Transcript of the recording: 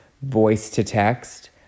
voice-to-text